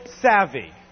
savvy